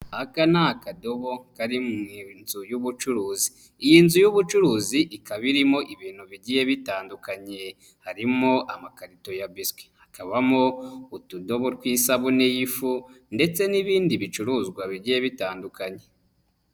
Aka ni akadobo kari mu inzu y'ubucuruzi. Iyi nzu y'ubucuruzi ikaba irimo ibintu bigiye bitandukanye, harimo amakarito ya biswi, hakabamo utudobo tw'isabune y'ifu ndetse n'ibindi bicuruzwa bigiye bitandukanye.